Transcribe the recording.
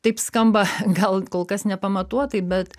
taip skamba gal kol kas nepamatuotai bet